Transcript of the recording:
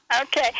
Okay